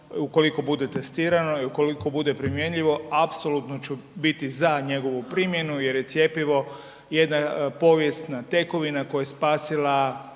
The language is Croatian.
ukoliko bude testirano i ukoliko bude primjenljivo apsolutno ću biti za njegovu primjenu jer je cjepivo jedna povijesna tekovina koja je spasila